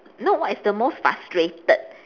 no what is the most frustrated